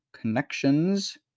connections